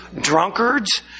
drunkards